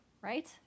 right